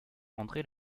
andré